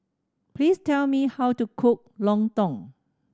please tell me how to cook lontong